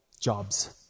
jobs